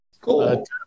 Cool